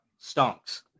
Stonks